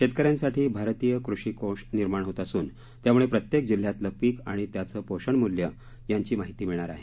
शेतकऱ्यांसाठी भारतीय कृषी कोष निर्माण होत असून त्यामुळे प्रत्येक जिल्ह्यातलं पीक आणि त्याचं पोषणमूल्य यांची माहिती मिळणार आहे